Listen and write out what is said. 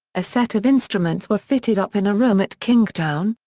a set of instruments were fitted up in a room at kingstown,